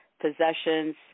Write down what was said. possessions